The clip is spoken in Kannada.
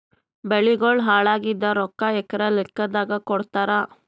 ಬೆಳಿಗೋಳ ಹಾಳಾಗಿದ ರೊಕ್ಕಾ ಎಕರ ಲೆಕ್ಕಾದಾಗ ಕೊಡುತ್ತಾರ?